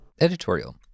Editorial